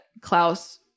Klaus